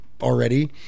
already